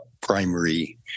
primary